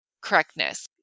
correctness